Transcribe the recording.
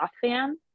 fan